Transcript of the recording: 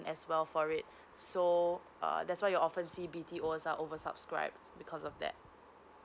as well for it so uh that's why you often see B T O was over subscribed because of that